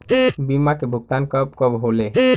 बीमा के भुगतान कब कब होले?